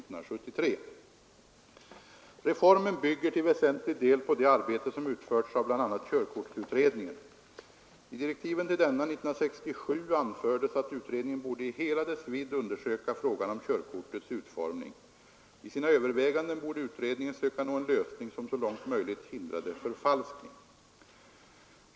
Reformen bygger till väsentlig del på det arbete som utförts av bl.a. körkortsutredningen. I direktiven till denna år 1967 anfördes, att utredningen borde i hela dess vidd undersöka frågan om körkortets utformning. Vid sina överväganden borde utredningen söka nå en lösning som så långt möjligt hindrar förfalskning.